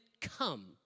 come